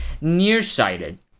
nearsighted